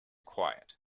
quiet